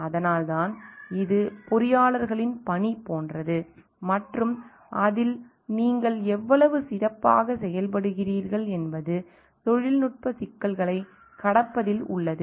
அதனால்தான் இது பொறியாளர்களின் பணி போன்றது மற்றும் அதில் நீங்கள் எவ்வளவு சிறப்பாக செயல்படுகிறீர்கள் என்பது தொழில்நுட்ப சிக்கல்களைக் கடப்பதில் உள்ளது